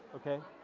okay?